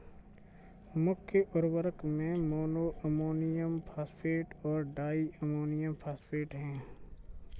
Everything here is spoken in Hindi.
मुख्य उर्वरक में मोनो अमोनियम फॉस्फेट और डाई अमोनियम फॉस्फेट हैं